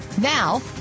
Now